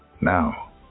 Now